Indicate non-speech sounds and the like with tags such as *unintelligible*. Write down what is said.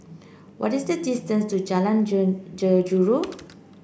what is the distance to Jalan *unintelligible* Jeruju